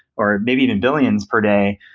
or maybe even billions per day,